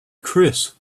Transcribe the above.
chris